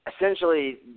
Essentially